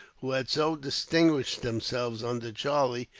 who had so distinguished themselves under charlie,